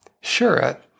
Sure